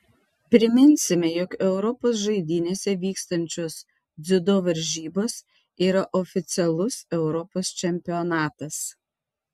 priminsime jog europos žaidynėse vykstančios dziudo varžybos yra oficialus europos čempionatas